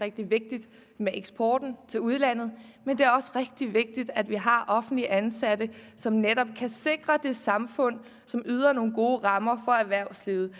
rigtig vigtigt med eksporten til udlandet. Men det er også rigtig vigtigt, at vi har offentligt ansatte, som netop kan sikre, at samfundet giver nogle gode rammer for erhvervslivet: